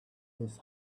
his